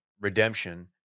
redemption